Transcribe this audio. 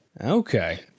Okay